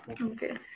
Okay